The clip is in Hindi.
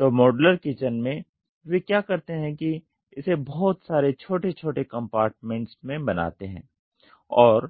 तो मॉड्यूलर किचन में वे क्या करते हैं कि इसे बहुत सारे छोटे छोटे कम्पार्टमेंट्स में बनाते हैं और